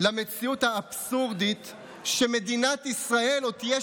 למציאות האבסורדית שמדינת ישראל עוד תהיה